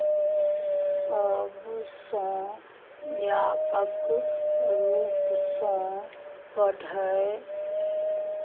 सभसँ व्यापक रूपसँ पढ़य